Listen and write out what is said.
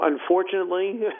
unfortunately